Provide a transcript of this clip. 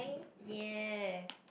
ya